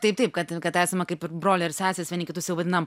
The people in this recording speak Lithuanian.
taip taip kad kad esame kaip ir broliai ir sesės vieni kitus jau vadinam